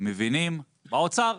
מבינים באוצר,